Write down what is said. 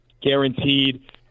guaranteed